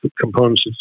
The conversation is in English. components